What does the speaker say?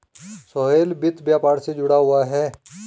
सोहेल वित्त व्यापार से जुड़ा हुआ है